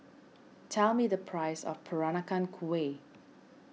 tell me the price of Peranakan Kueh